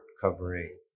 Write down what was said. covering